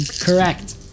Correct